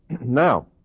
Now